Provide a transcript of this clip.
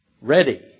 ready